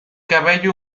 cabello